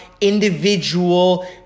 individual